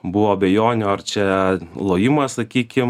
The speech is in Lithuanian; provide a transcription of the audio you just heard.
buvo abejonių ar čia lojimas sakykim